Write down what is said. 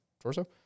torso